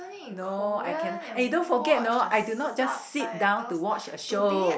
no I can eh don't forget know I do not just sit down to watch a show